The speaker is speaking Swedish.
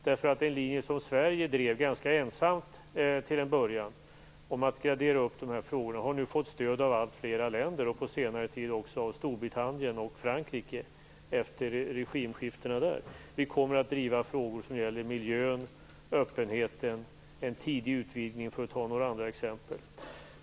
Den linje som Sverige drev, ganska ensamt till en början, om att gradera upp dessa frågor har nu fått stöd av alltfler länder, på senare tid också av Storbritannien och Frankrike efter regimskiftena där. Vi kommer att driva frågor som gäller miljön, öppenheten och en tidig utvidgning, för att ta några andra exempel.